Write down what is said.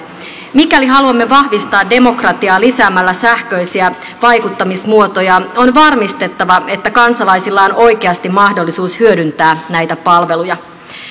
mikäli haluamme vahvistaa demokratiaa lisäämällä sähköisiä vaikuttamismuotoja on varmistettava että kansalaisilla on oikeasti mahdollisuus hyödyntää näitä palveluja